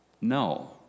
No